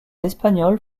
espagnols